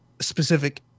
specific